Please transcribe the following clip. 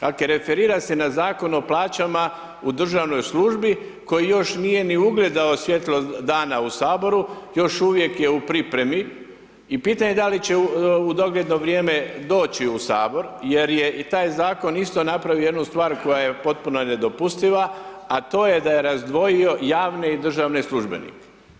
Dakle, referira se na Zakon o plaćama u državnoj službi koji još nije ni ugledao svjetlo dana u HS-u, još uvijek je u pripremi i pitanje je da li će u dogledno vrijeme doći u HS jer je i taj Zakon isto napravio jednu stvar koja je potpuno nedopustiva, a to je da je razdvojio javne i državne službenike.